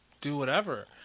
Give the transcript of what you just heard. do-whatever